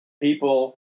people